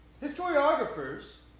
Historiographers